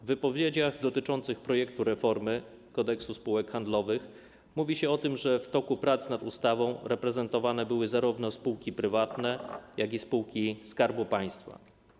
W wypowiedziach dotyczących projektu reformy Kodeksu spółek handlowych zaznacza się, że w toku prac nad ustawą reprezentowane były zarówno spółki prywatne, jak i spółki Skarbu Państwa.